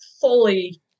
fully